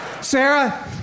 Sarah